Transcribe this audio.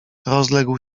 rozległ